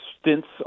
stints